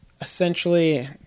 essentially